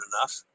enough